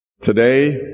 today